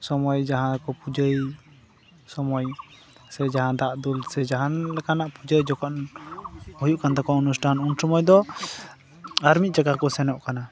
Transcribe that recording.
ᱥᱚᱢᱚᱭ ᱡᱟᱦᱟᱸ ᱠᱚ ᱯᱩᱡᱟᱹᱭ ᱥᱚᱢᱚᱭ ᱥᱮ ᱡᱟᱦᱟᱸ ᱫᱟᱜ ᱫᱩᱞ ᱥᱮ ᱡᱟᱦᱟᱱ ᱞᱮᱠᱟᱱᱟᱜ ᱯᱩᱡᱟᱹ ᱡᱚᱠᱷᱚᱱ ᱦᱩᱭᱩᱜ ᱠᱟᱱ ᱛᱟᱠᱚᱣᱟ ᱚᱱᱩᱥᱴᱷᱟᱱ ᱩᱱ ᱥᱚᱢᱚᱭ ᱫᱚ ᱟᱨ ᱢᱤᱫ ᱡᱟᱭᱜᱟ ᱠᱚ ᱥᱮᱱᱚᱜ ᱠᱟᱱᱟ